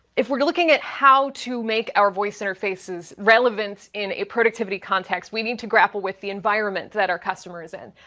if we're looking at how to make our voice interfaces relevant in a productivity context, we need to grapple with the environment that our customer's in.